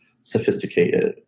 sophisticated